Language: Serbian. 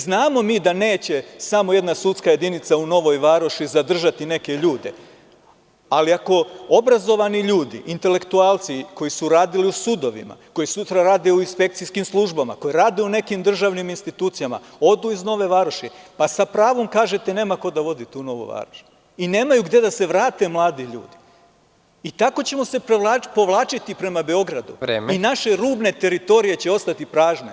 Znamo mi da neće samo jedna sudska jedinica u Novoj Varoši zadržati neke ljude, ali ako obrazovani ljudi, intelektualci, koji su radili u sudovima, koji sutra rade u inspekcijskim službama, koji rade u nekim državnim institucijama odu iz Nove Varoši, pa sa pravom kažete - nema ko da vodi tu Novu Varoš, nemaju gde da se vrate mladi ljudi i tako ćemo se provlačiti prema Beogradu. (Predsednik: Vreme.) Naše rubne teritorije će ostati prazne.